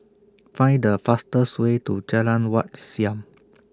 Find The fastest Way to Jalan Wat Siam